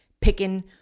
picking